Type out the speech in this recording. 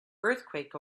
earthquake